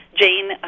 Jane